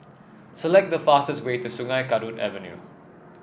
select the fastest way to Sungei Kadut Avenue